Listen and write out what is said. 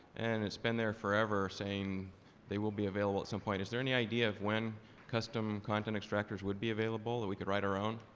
and it's been there forever saying they will be available at some point. is there any idea of when custom content extractors will be available, or we could write our own?